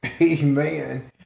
amen